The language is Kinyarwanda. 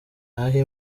nubwo